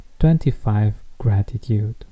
25GRATITUDE